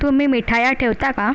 तुम्ही मिठाया ठेवता का